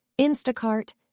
Instacart